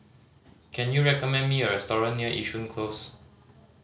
can you recommend me a restaurant near Yishun Close